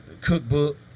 cookbook